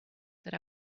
that